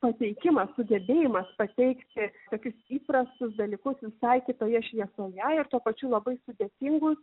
pateikimą sugebėjimas pateikti tokius įprastus dalykus visai kitoje šviesoje ir tuo pačiu labai sudėtingus